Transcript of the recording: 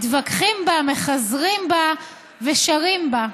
מתווכחים בה, מחזרים בה ושרים בה.